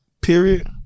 Period